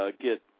get